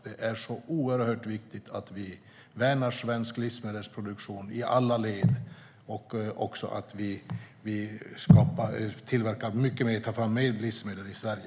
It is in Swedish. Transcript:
Det är oerhört viktigt att vi värnar svensk livsmedelproduktion i alla led och att vi själva tar fram fler livsmedel i Sverige.